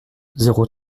zéro